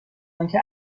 آنکه